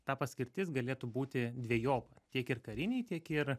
ta paskirtis galėtų būti dvejopa tiek ir karinei tiek ir